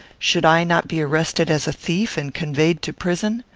should i not be arrested as a thief, and conveyed to prison?